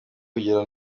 kugera